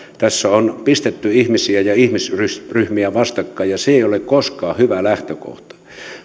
tässä on pistetty ihmisiä ja ihmisryhmiä vastakkain ja se ei ole koskaan hyvä lähtökohta